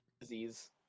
disease